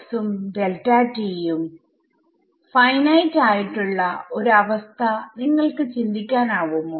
ഉം ഉം ഫൈനൈറ്റ് ആയിട്ടുള്ള ഒരു അവസ്ഥ നിങ്ങൾക്ക് ചിന്തിക്കാനാവുമോ